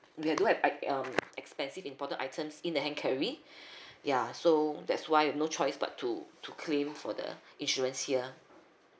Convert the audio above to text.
we do had i~ uh expensive important items in the hand carry ya so that's why no choice but to to claim for the insurance here